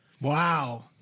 Wow